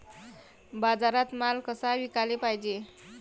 बाजारात माल कसा विकाले पायजे?